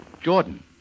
Jordan